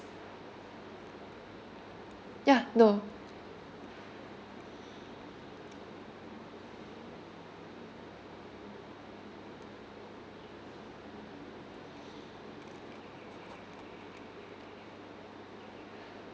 ya no